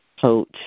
coach